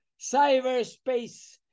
cyberspace